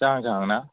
जाहां जाहांना